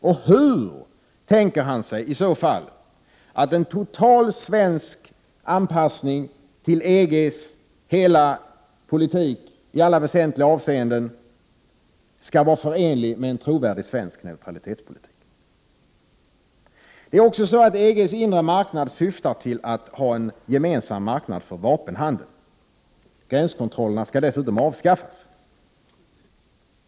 Och hur tänker han sig i så fall att en total svensk anpassning till EG:s hela politik i alla väsentliga avseenden skall vara förenlig med en trovärdig svensk neutralitetspolitik? EG:s inre marknad syftar vidare bl.a. till en gemensam marknad för vapenhandel. Dessutom skall gränskontrollerna avskaffas.